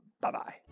Bye-bye